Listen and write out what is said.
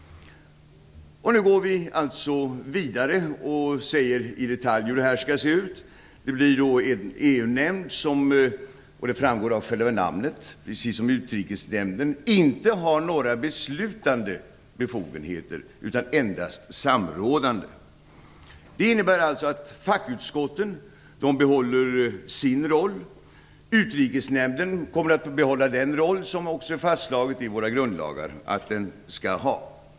Nu går vi alltså vidare och säger i detalj hur den skall se ut. Det blir en EU-nämnd som, och det framgår av själva namnet, precis som utrikesnämnden inte har några beslutande befogenheter, utan endast samrådande. Det innebär alltså att fackutskotten behåller sin roll. Utrikesnämnden kommer att behålla den roll som det är fastslaget i våra grundlagar att den skall ha.